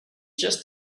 just